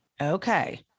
Okay